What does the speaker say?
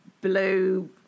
blue